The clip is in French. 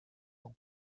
ans